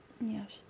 yes